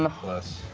plus?